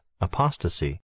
apostasy